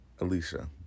Alicia